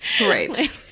Right